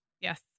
Yes